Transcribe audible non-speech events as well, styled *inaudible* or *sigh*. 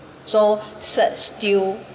so *breath* cert still